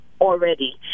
already